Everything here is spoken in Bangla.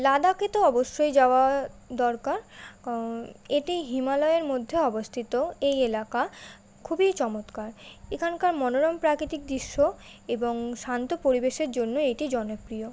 লাদাখে তো অবশ্যই যাওয়া দরকার কারণ এটি হিমালয়ের মধ্যে অবস্থিত এই এলাকা খুবই চমৎকার এখানকার মনোরম প্রাকৃতিক দৃশ্য এবং শান্ত পরিবেশের জন্য এটি জনপ্রিয়